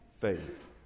faith